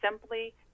simply